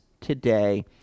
today